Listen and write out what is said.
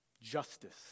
justice